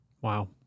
Wow